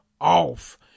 off